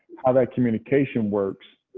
how that communication works.